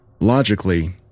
Logically